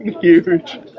huge